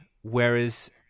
whereas